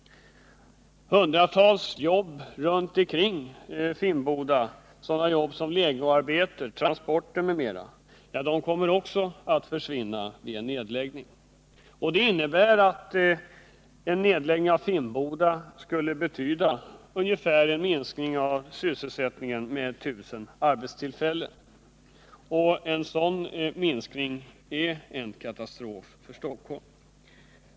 Hundratals runtomkringjobb — legoarbeten, transporter m.m. — kommer också att försvinna vid en nedläggning av Finnboda. En nedläggning skulle betyda att ungefär 1000 arbetstillfällen försvinner, och en sådan minskning är en katastrof för Stockholm.